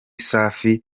safi